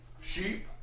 sheep